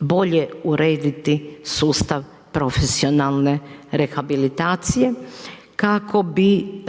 bolje urediti sustav profesionalne rehabilitacije kako bi